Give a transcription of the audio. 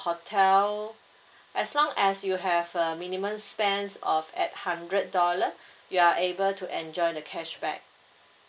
hotel as long as you have a minimum spends of hundred dollar you are able to enjoy the cashback